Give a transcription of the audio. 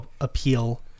appeal